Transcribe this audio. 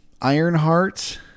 Ironheart